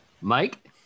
Mike